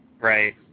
Right